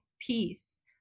Peace